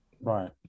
Right